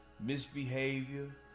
misbehavior